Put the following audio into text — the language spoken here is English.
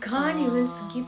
ah